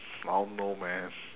I don't know man